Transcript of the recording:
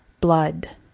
Blood